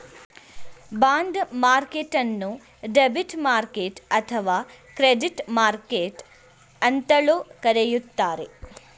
bond ಮಾರ್ಕೆಟ್ಟನ್ನು debit market ಅಥವಾ credit market ಅಂತಲೂ ಕರೆಯುತ್ತಾರೆ